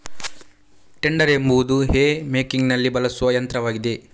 tedder ಎಂಬುದು hay ಮೇಕಿಂಗಿನಲ್ಲಿ ಬಳಸುವ ಯಂತ್ರವಾಗಿದೆ